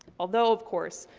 although, of course,